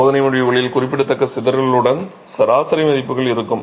எனவே சோதனை முடிவுகளில் குறிப்பிடத்தக்க சிதறலுடன் சராசரி மதிப்புகள் இருக்கும்